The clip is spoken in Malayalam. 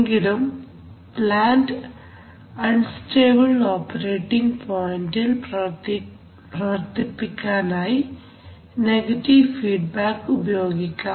എങ്കിലും പ്ലാൻറ് അൺസ്റ്റേബിൾ ഓപ്പറേറ്റിംഗ് പോയിന്റിൽ പ്രവർത്തിപ്പിക്കാനായി നെഗറ്റീവ് ഫീഡ്ബാക്ക് ഉപയോഗിക്കാം